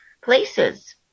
places